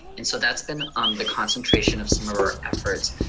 and so that's been um the concentration of some of our efforts.